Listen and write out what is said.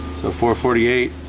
so for forty eight